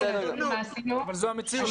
אבל זו המציאות.